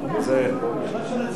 אולי אדוני יצמצם.